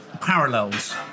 parallels